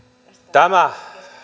tämä